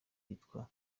yitwaga